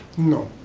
no.